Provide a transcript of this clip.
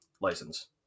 license